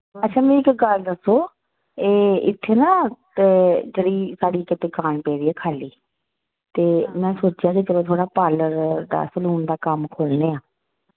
अच्छा मि इक गल्ल दस्सो ए इत्थे ना ए जेह्ड़ी साढ़ी इक दुकान पेदी ऐ खाल्ली ते मैं सोचेआ के चलो थोह्ड़ा पार्लर दा सलून दा कम्म खोह्लने आं